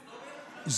רגע, זה